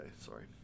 Sorry